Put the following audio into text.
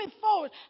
forward